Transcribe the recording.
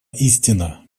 истина